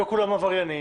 לא כולם עבריינים,